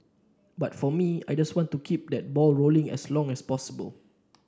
but for me I just want to keep that ball rolling as long as possible